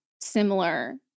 similar